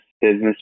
business